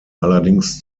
allerdings